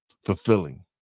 Fulfilling